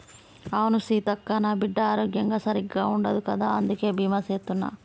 అవును సీతక్క, నా బిడ్డ ఆరోగ్యం సరిగ్గా ఉండదు కదా అందుకే బీమా సేత్తున్న